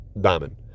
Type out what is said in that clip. diamond